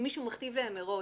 שמישהו מכתיב להם מראש.